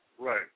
Right